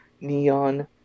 neon